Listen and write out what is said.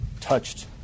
touched